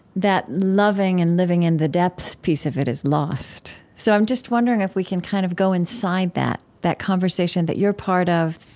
that loving and living in the depths piece of it is lost. so i'm just wondering if we can kind of go inside that that conversation that you're part of